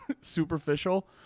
superficial